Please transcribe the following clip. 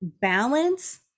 balance